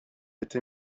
été